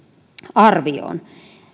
arvioon